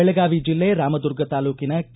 ಬೆಳಗಾವಿ ಜಿಲ್ಲೆ ರಾಮದುರ್ಗ ತಾಲೂಕನ ಕೆ